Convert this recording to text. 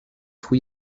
fruits